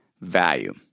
value